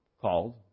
called